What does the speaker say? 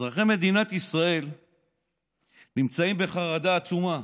אזרחי מדינת ישראל נמצאים בחרדה עצומה